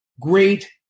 great